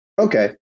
Okay